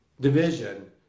division